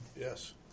Yes